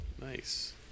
Nice